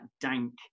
dank